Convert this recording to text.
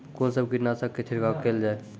कून सब कीटनासक के छिड़काव केल जाय?